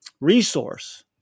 resource